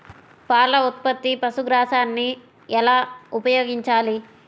పాల ఉత్పత్తికి పశుగ్రాసాన్ని ఎలా ఉపయోగించాలి?